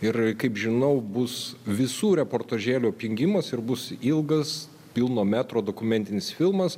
ir kaip žinau bus visų reportažėlių apjungimas ir bus ilgas pilno metro dokumentinis filmas